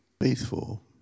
faithful